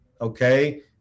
okay